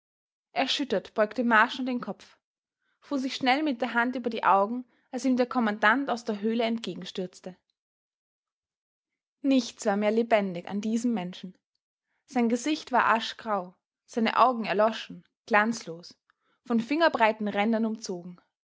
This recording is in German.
erschüttert beugte marschner den kopf fuhr sich schnell mit der hand über die augen als ihm der kommandant aus der höhle entgegenstürzte nichts war mehr lebendig an diesem menschen sein gesicht war aschgrau seine augen erloschen glanzlos von fingerbreiten rändern umzogen